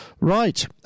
Right